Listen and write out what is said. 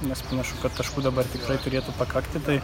nes panašu kad taškų dabar tikrai turėtų pakakti tai